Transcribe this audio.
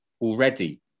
already